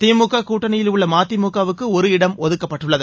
திமுக கூட்டணியல் உள்ள மதிமுக வுக்கு ஒரு இடம் ஒதுக்கப்பட்டுள்ளது